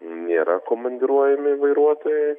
nėra komandiruojami vairuotojai